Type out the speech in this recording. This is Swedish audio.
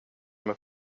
med